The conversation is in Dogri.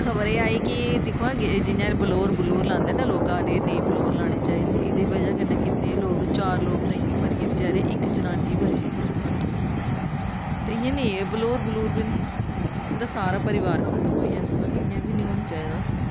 खबर एह् आई कि दिक्खो हां जियां बलोर बलूर लांदे ना लोग घर एह् नेईं घर बलोर लाने चाहिदे एह्दी बजह् कन्नै किन्ने लोग चार लोग ते इ'यां मरी गे बचैरे इक जनानी बची सिर्फ ते इ'यां नेईं बलोर बलूर नेईं उं'दा सारा परिवार खतम होई गेआ सुबह् इ'यां बी निं होना चाहिदा